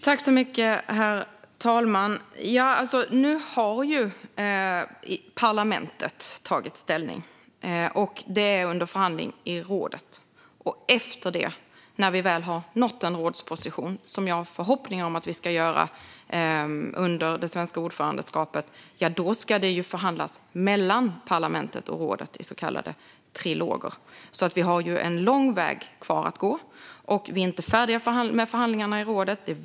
Herr ålderspresident! Parlamentet har nu tagit ställning. Det hela är under förhandling i rådet. Efter att vi väl har nått en rådsposition, som jag har förhoppningar om att vi kommer att göra under det svenska ordförandeskapet, blir det förhandling mellan parlamentet och rådet i så kallade triloger. Vi har alltså en lång väg kvar att gå. Vi är inte färdiga med förhandlingarna i rådet.